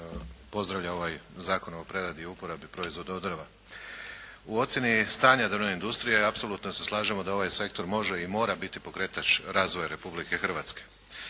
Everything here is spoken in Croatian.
pozdravlja ova Zakon o preradi i uporabi proizvoda od drva. U ocjeni stanja o drvnoj industriji apsolutno se slažemo da ovaj sektor može i mora biti pokretač razvoja Republike Hrvatske.